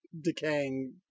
decaying